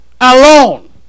alone